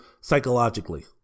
psychologically